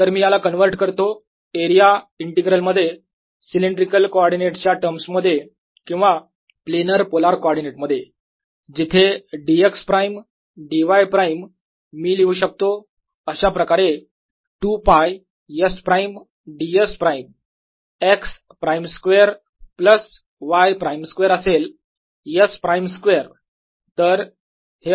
तर मी याला कन्व्हर्ट करतो एरिया इंटीग्रल मध्ये सिलेंड्रिकल कॉर्डिनेट च्या टर्म्स मध्ये किंवा प्लेनर पोलार कॉर्डीनेट मध्ये जिथे dx प्राईम dy प्राईम मी लिहू शकतो अशाप्रकारे 2 π S prime d s prime x प्राईम square plus y prime square असेल s प्राइम स्क्वेअर